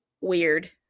Weird